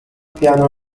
piano